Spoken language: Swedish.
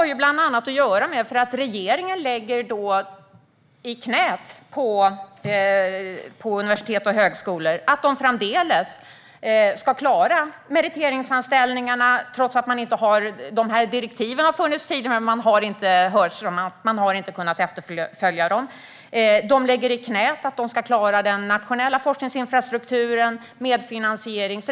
Regeringen lägger i knät på universitet och högskolor att de framdeles ska klara meriteringsanställningarna, trots att direktiven inte har funnits tidigare. Man har inte kunnat efterfölja dem. Regeringen lägger i knät att universitet och högskolor ska klara den nationella forskningsinfrastrukturen och medfinansieringen.